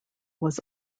was